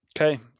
okay